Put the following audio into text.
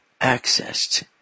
accessed